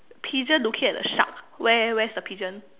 pigeon looking at the shark where where's the pigeon